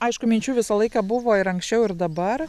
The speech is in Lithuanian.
aišku minčių visą laiką buvo ir anksčiau ir dabar